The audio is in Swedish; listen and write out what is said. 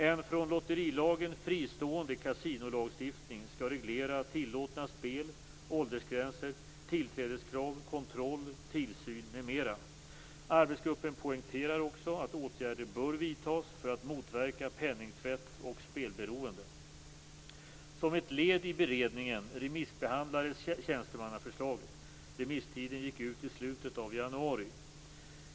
En från lotterilagen fristående kasinolagstiftning skall reglera tillåtna spel, åldersgränser, tillträdeskrav, kontroll, tillsyn m.m. Arbetsgruppen poängterar också att åtgärder bör vidtas för att motverka penningtvätt och spelberoende. Som ett led i beredningen remissbehandlades tjänstemannaförslaget. Remisstiden gick ut i slutet av januari.